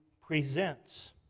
presents